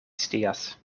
scias